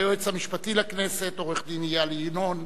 היועץ המשפטי לכנסת עורך-הדין איל ינון,